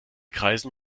kreisen